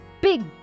Big